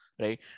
right